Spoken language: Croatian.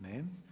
Ne.